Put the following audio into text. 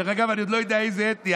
דרך אגב, אני עוד לא יודע איזה אתני.